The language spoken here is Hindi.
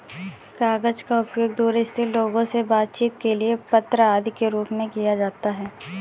कागज का उपयोग दूर स्थित लोगों से बातचीत के लिए पत्र आदि के रूप में किया जाता है